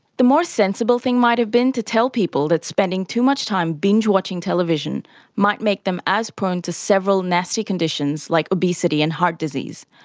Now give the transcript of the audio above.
the more sensible thing might have been to tell people that spending too much time binge watching television might make them as prone to several nasty conditions like obesity and heart disease,